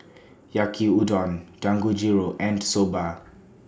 Yaki Udon Dangojiru and Soba